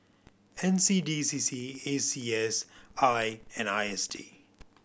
N C D C C A C S I and I S D